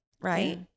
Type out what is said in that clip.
right